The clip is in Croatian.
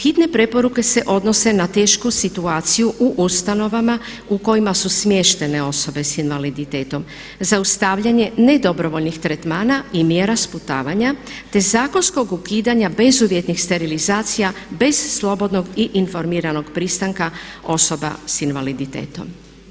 Hitne preporuke se odnose na tešku situaciju u ustanovama u kojima su smještene osobe s invaliditetom, zaustavljanje ne dobrovoljnih tretmana i mjera sputavanja te zakonskog ukidanja bezuvjetnih sterilizacija bez slobodnog i informiranog pristanka osoba s invaliditetom.